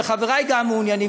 וגם חברי מעוניינים,